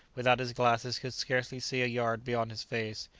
without his glasses could scarcely see a yard beyond his face,